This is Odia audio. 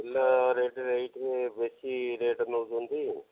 କିଲୋ ରେଟ୍ରେ ଏଇଠି ବେଶୀ ରେଟ୍ ନଉଛନ୍ତି